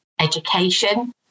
education